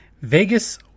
Vegas